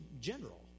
general